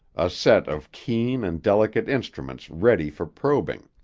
a set of keen and delicate instruments ready for probing,